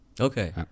Okay